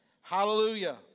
Hallelujah